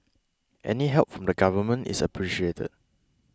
any help from the government is appreciated